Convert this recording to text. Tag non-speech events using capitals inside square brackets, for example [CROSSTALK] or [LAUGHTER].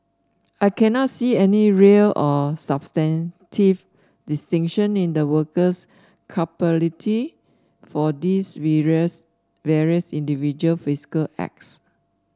I cannot see any real or substantive distinction in the worker's culpability for these [UNINTELLIGIBLE] various individual physical acts